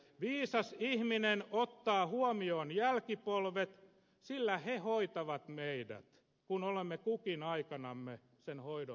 viisas ihminen ottaa huomioon jälkipolvet sillä he hoitavat meidät kun olemme kukin aikanamme sen hoidon tarpeessa